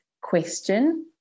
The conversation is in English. question